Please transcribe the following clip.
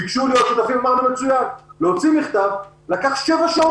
ביקשו להוציא מכתב משותף לקח שבע שעות